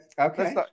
Okay